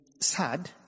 sad